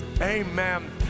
Amen